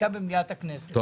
שהייתה במליאת הכנסת.